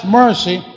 mercy